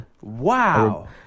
Wow